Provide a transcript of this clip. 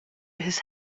his